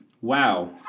Wow